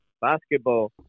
basketball